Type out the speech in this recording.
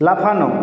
লাফানো